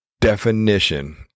definition